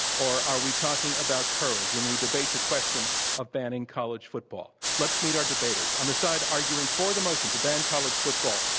or are we talking about courage when we debate the question of banning college football. let's meet our debaters. on the side arguing for the motion to ban college football,